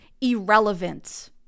irrelevant